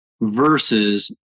versus